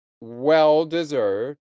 well-deserved